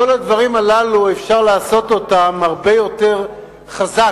את כל הדברים הללו אפשר היה לעשות הרבה יותר חזק